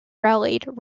rallied